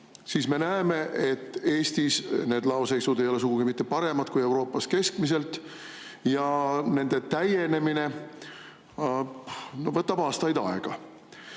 siis me näeme, et Eestis ei ole need laoseisud sugugi mitte paremad kui Euroopas keskmiselt, ja nende täiendamine võtab aastaid aega.